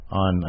on